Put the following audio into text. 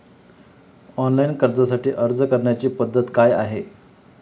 Online कर्जासाठी अर्ज करण्याची पद्धत काय आहे?